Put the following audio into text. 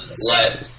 let